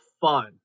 fun